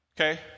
Okay